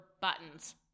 buttons